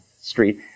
street